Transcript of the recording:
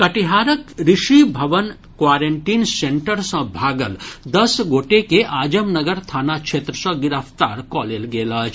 कटिहारक Rishi Bhavan quarantine centre सॅ भागल दस गोटे के आजमनगर थाना क्षेत्र सॅ गिरफ्तार कऽ लेल गेल अछि